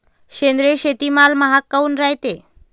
सेंद्रिय शेतीमाल महाग काऊन रायते?